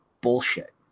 bullshit